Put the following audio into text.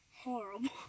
horrible